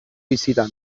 bisitan